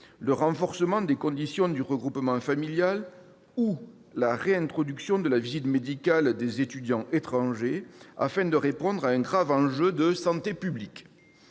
le renforcement des conditions du regroupement familial ou la réintroduction de la visite médicale des étudiants étrangers, afin de répondre à un grave enjeu de santé publique.